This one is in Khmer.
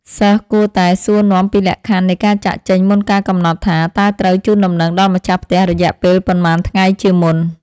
សិស្សគួរតែសួរនាំពីលក្ខខណ្ឌនៃការចាកចេញមុនកាលកំណត់ថា តើត្រូវជូនដំណឹងដល់ម្ចាស់ផ្ទះរយៈពេលប៉ុន្មានថ្ងៃជាមុន។